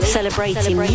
Celebrating